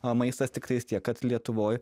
o maistas tiktais tiek kad lietuvoj